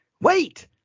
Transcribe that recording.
wait